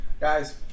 Guys